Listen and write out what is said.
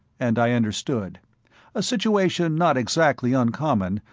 and i understood a situation not exactly uncommon,